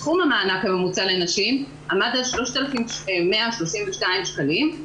סכום המענק הממוצע לנשים עמד על 3,132 שקלים,